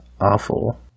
awful